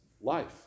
life